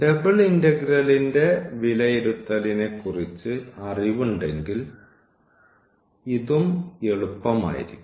double ഇന്റഗ്രലിന്റെ വിലയിരുത്തലിനെക്കുറിച്ച് അറിവുണ്ടെങ്കിൽ ഇതും എളുപ്പമായിരിക്കും